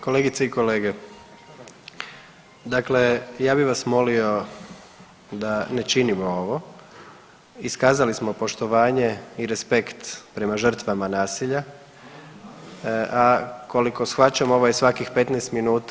Kolegice i kolege, dakle ja bih vas molio da ne činimo ovo, iskazali smo poštovanje i respekt prema žrtvama nasilja, a koliko shvaćam ovo je svakih 15 minuta.